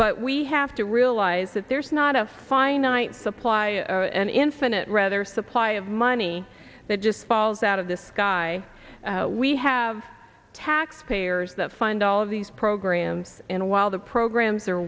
but we have to realize that there's not a finite supply and infinite rather supply of money that just falls out of the sky we have taxpayers that find all of these programs in a while the programs are